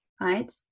right